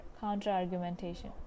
counter-argumentation